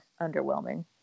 underwhelming